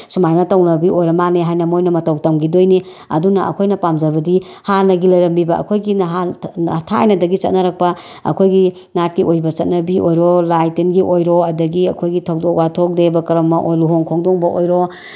ꯁꯨꯃꯥꯏꯅ ꯇꯧꯅꯕꯤ ꯑꯣꯏꯔ ꯃꯥꯜꯂꯦ ꯍꯥꯏꯅ ꯃꯣꯏꯅ ꯃꯇꯧ ꯇꯝꯈꯤꯗꯣꯏꯅꯤ ꯑꯗꯨꯅ ꯑꯩꯈꯣꯏꯅ ꯄꯥꯝꯖꯕꯗꯤ ꯍꯥꯟꯅꯒꯤ ꯂꯩꯔꯝꯃꯤꯕ ꯑꯩꯈꯣꯏꯒꯤ ꯊꯥꯏꯅꯗꯒꯤ ꯆꯠꯅꯔꯛꯄ ꯑꯩꯈꯣꯏꯒꯤ ꯅꯥꯠꯀꯤ ꯑꯣꯏꯕ ꯆꯠꯅꯕꯤ ꯑꯣꯏꯔꯣ ꯂꯥꯏꯇꯤꯟꯒꯤ ꯑꯣꯏꯔꯣ ꯑꯗꯒꯤ ꯑꯩꯈꯣꯏꯒꯤ ꯊꯧꯗꯣꯛ ꯋꯥꯊꯣꯛ ꯗꯦꯕ ꯀꯔꯝꯃ ꯂꯨꯍꯣꯡ ꯈꯣꯡꯗꯣꯡꯕ ꯑꯣꯏꯔꯣ